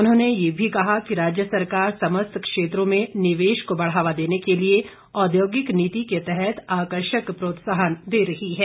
उन्होंने यह भी कहा कि राज्य सरकार समस्त क्षेत्रों में निवेश को बढ़ावा देने के लिए औद्योगिक नीति के तहत आकर्षक प्रोत्साहन दे रही है